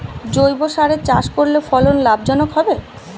জৈবসারে চাষ করলে ফলন লাভজনক হবে?